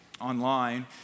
online